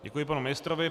Děkuji panu ministrovi.